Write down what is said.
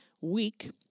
week